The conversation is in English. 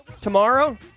tomorrow